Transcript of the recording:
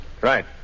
Right